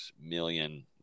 million